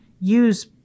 use